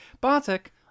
Bartek